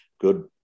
good